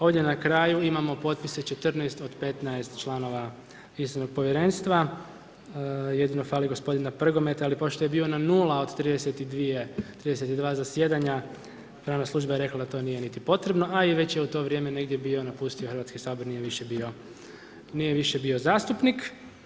Ovdje na kraju imamo potpise 14 od 15 članova istražnog povjerenstva, jedino fali gospodina Prgometa, ali pošto je bio na 0 od 32 zasjedanja, pravna služba je rekla da to nije niti potrebno, a i već je u to vrijeme negdje bio napustio Hrvatski sabor, nije više bio zastupnik.